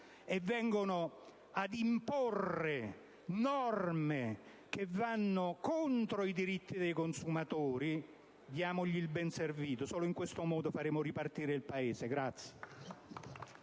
Parlamento ad imporre norme che vanno contro i diritti dei consumatori, diamo loro il benservito. Solo in questo modo faremo ripartire il Paese.